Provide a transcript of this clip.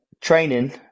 training